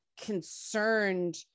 concerned